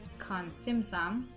khan sim some